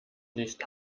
nicht